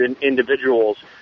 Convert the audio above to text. individuals